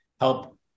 help